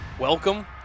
Welcome